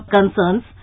concerns